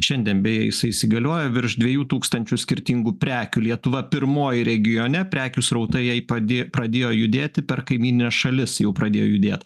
šiandien beje jisai įsigalioja virš dviejų tūkstančių skirtingų prekių lietuva pirmoji regione prekių srautai jai padė pradėjo judėti per kaimynines šalis jau pradėjo judėt